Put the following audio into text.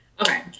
Okay